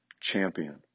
champion